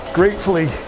gratefully